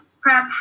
prep